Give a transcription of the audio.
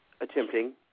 attempting